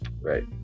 Right